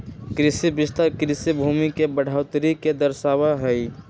कृषि विस्तार कृषि भूमि में बढ़ोतरी के दर्शावा हई